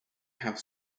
have